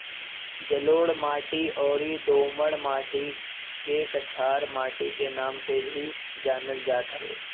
जलोढ़ माटी अउरी दोमट माटी के कछार माटी के नाम से भी जानल जात हवे